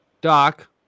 Doc